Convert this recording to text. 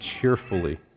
cheerfully